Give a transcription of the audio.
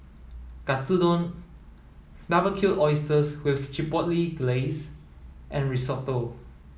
Katsudon Barbecued Oysters with Chipotle Glaze and Risotto